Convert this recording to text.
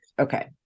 Okay